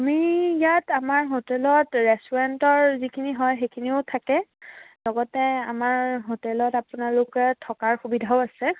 আমি ইয়াত আমাৰ হোটেলত ৰেষ্টুৰেণ্টৰ যিখিনি হয় সেইখিনিও থাকে লগতে আমাৰ হোটেলত আপোনালোকে থকাৰ সুবিধাও আছে